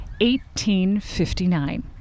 1859